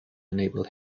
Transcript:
enable